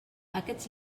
aquests